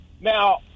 Now